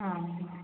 ആ ആ